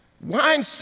Wine